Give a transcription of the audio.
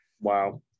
Wow